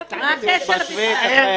זה לא